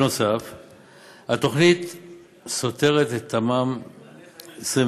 נוסף על כך, התוכנית סותרת את תמ"מ 21/3,